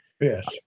Yes